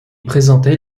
présentait